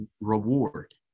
reward